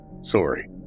Sorry